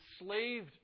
enslaved